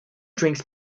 drinks